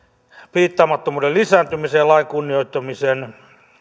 piittaamattomuuden lisääntymiseen ja lain kunnioittamisen